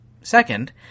second